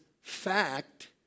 fact